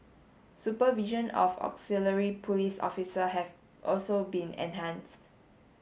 supervision of auxiliary police officer have also been enhanced